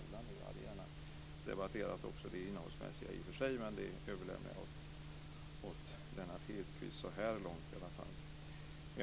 Jag skulle i och för sig gärna också debattera det innehållsmässiga, men det överlämnar jag åt Lennart Hedquist, så här långt i alla fall.